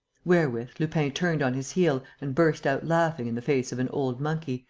wherewith lupin turned on his heel and burst out laughing in the face of an old monkey,